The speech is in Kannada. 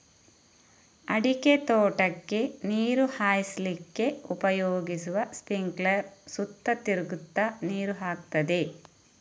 ಅಡಿಕೆ ತೋಟಕ್ಕೆ ನೀರು ಹಾಯಿಸ್ಲಿಕ್ಕೆ ಉಪಯೋಗಿಸುವ ಸ್ಪಿಂಕ್ಲರ್ ಸುತ್ತ ತಿರುಗ್ತಾ ನೀರು ಹಾಕ್ತದೆ